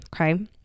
okay